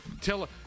Tell